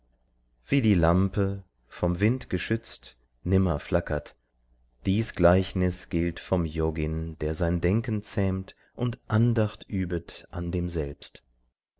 wie die lampe vom wind geschützt nimmer flackert dies gleichnis gilt vom yogin der sein denken zähmt und andacht übet an dem selbst